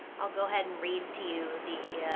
i'll go head and read to you the, ah,